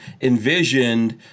envisioned